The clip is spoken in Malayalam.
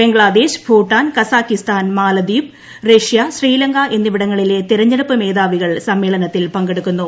ബംഗ്ലാദേശ് ഭൂട്ടാൻ കസാക്കിസ്ഥാൻ മാലദ്വീപ് റഷ്യ ശ്രീലങ്ക എന്നിവിടങ്ങളിലെ തിരഞ്ഞെടുപ്പ് മേധാവികൾ സമ്മേളനത്തിൽ പങ്കെടുക്കുന്നു